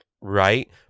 Right